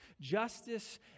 Justice